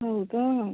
हो का